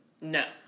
no